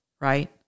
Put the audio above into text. right